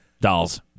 Dolls